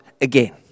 again